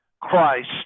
Christ